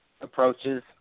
approaches